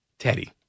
Teddy